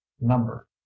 number